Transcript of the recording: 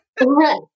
Right